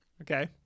Okay